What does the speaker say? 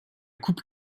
coupe